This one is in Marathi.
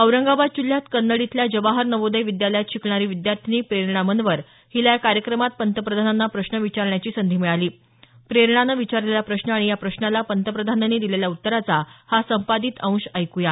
औरंगाबाद जिल्ह्यात कन्नड इथल्या जवाहर नवोदय विद्यालयात शिकणारी विद्यार्थींनी प्रेरणा मनवर हिला या कार्यक्रमात पंतप्रधानांना प्रश्न विचारण्याची संधी मिळाली प्रेरणाने विचारलेला प्रश्न आणि या प्रश्नाला पंतप्रधानांनी दिलेल्या उत्तराचा हा संपादित अंश ऐकूया